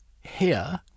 Here